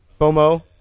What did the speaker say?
FOMO